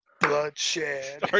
bloodshed